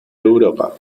europa